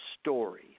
story